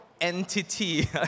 entity